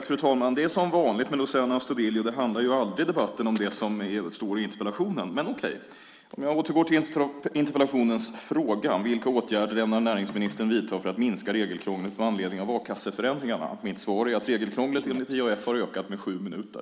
Fru talman! Det är som vanligt med Luciano Astudillo; debatten handlar aldrig om det som står i interpellationen. Men okej, om jag återgår till frågan i interpellationen, det vill säga vilka åtgärder näringsministern ämnar vidta för att minska regelkrånglet med anledning av a-kasseförändringarna, är mitt svar att regelkrånglet enligt IAF ökat med sju minuter.